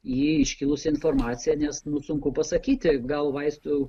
į iškilusią informaciją nes nu sunku pasakyti gal vaistų